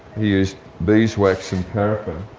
used beeswax and paraffin.